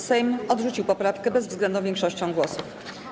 Sejm odrzucił poprawkę bezwzględną większością głosów.